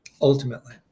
ultimately